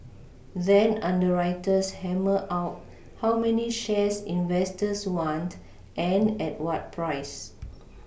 then underwriters hammer out how many shares investors want and at what price